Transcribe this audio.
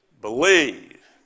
believe